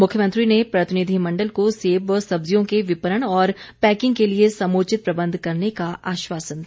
मुख्यमंत्री ने प्रतिनिधिमंडल को सेब व सब्जियों के विपणन और पैकिंग के लिए समुचित प्रबंध करने का आश्वासन दिया